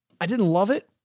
i didn't love it.